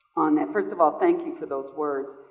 on that. first of all, thank you for those words.